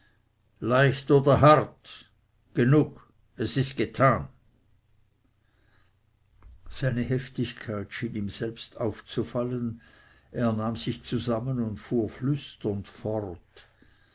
leicht oder hart genug es ist getan seine heftigkeit schien ihm selbst aufzufallen er nahm sich zusammen und fuhr flüsternd fort